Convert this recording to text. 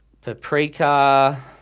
paprika